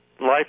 Life